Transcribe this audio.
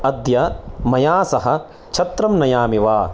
अद्य मया सह छत्रं नयामि वा